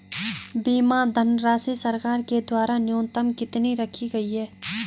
बीमा धनराशि सरकार के द्वारा न्यूनतम कितनी रखी गई है?